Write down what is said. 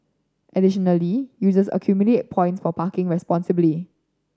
additionally users accumulate points for parking responsibly